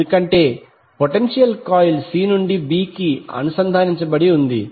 ఎందుకంటే potential coil c నుండి b కి అనుసంధానించబడి ఉంది